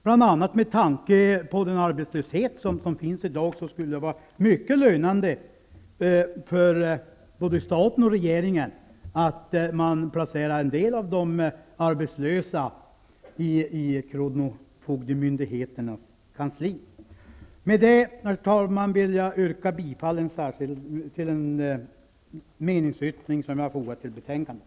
Bl.a. med tanke på den arbetslöshet som finns i dag skulle det vara mycket lönande för både staten och regeringen om man placerade en del av de arbetslösa på kronofogdemyndigheternas kansli. Herr talman! Med detta vill jag yrka bifall till den meningsyttring som jag har fogat till betänkandet.